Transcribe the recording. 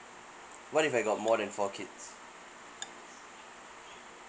what if I got more than four kids